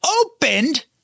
opened